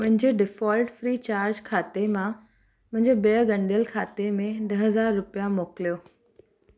मुंहिंजे default free charge खाते मां मुंहिंजे ॿिए ॻंढियल खाते में ॾह हज़ार रुपिया मोकिलियो